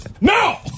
No